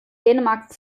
dänemark